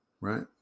right